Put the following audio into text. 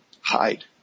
hide